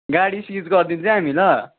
गाडी सिज गरिदिन्छ है हामी ल